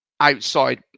outside